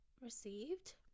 received